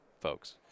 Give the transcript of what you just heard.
folks